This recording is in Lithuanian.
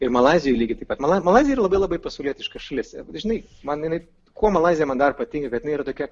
ir malaizijoj lygiai taip pat ma malaizija yra labai labai pasaulietiška šalis žinai man jinai kuo malaizija man dar patinka kad jinai yra tokia